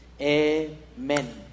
Amen